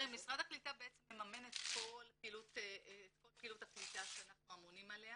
משרד הקליטה בעצם מממן את כל פעילות הקליטה שאנחנו אמונים עליה